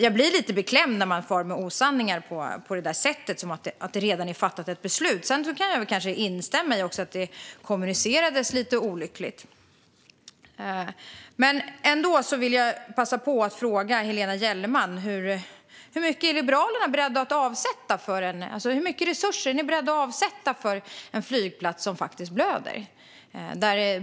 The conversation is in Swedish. Jag blir lite beklämd när man far med osanningar på detta sätt, som att det redan har fattats ett beslut. Sedan kan jag väl kanske instämma i att det kommunicerades lite olyckligt. Men jag vill passa på att fråga Helena Gellerman: Hur mycket är Liberalerna beredda att avsätta? Hur mycket resurser är ni beredda att avsätta för en flygplats som faktiskt blöder?